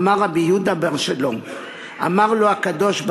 אמר רבי יהודה בר שלום: אמר לו הקדוש-ברוך-הוא,